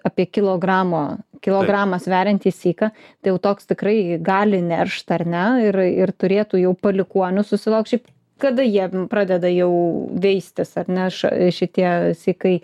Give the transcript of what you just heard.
apie kilogramo kilogramą sveriantį syką tai jau toks tikrai gali neršti ar ne ir ir turėtų jau palikuonių susilaukt šiaip kada jie pradeda jau veistis ar ne ša šitie sykai